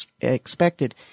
expected